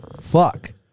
fuck